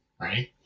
right